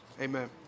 Amen